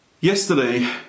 Yesterday